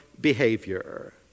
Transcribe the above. behavior